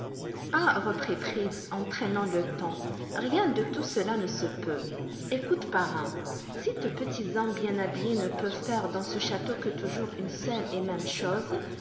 ah reprit fritz en traînant le ton rien de tout cela ne se peut écoute parrain si tes petits hommes bien habillés ne peuvent faire dans ce château que toujours une seule et même chose